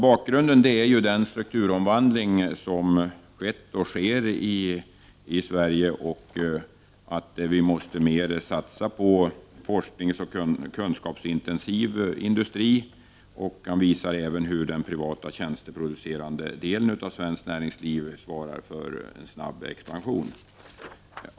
Bakgrunden är den strukturomvandling som sker, och har skett, i Sverige och det förhållandet att vi måste satsa mera på forskning och kunskapsintensiv industri. Dessutom gäller det att kunna visa att den privata tjänsteproducerande delen av svenskt näringsliv svarar för en snabb expansion.